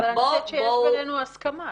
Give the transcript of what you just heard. אבל אני חושבת שיש בינינו הסכמה.